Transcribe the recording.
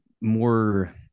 more